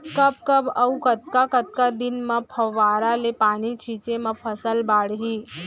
कब कब अऊ कतका कतका दिन म फव्वारा ले पानी छिंचे म फसल बाड़ही?